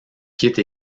quitte